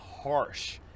harsh